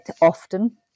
often